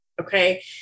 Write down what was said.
okay